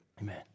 amen